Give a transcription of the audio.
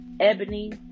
Ebony